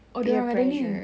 they have better